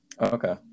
Okay